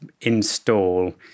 install